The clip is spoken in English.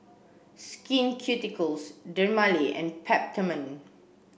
Skin Ceuticals Dermale and Peptamen